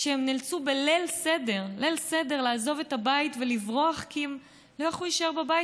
שהם נאלצו בליל הסדר לעזוב את הבית ולברוח כי הם לא יכלו להישאר בבית,